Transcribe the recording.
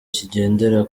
kigendera